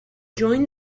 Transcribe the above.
joined